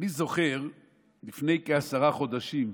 אני זוכר שלפני כעשרה חודשים,